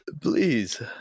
please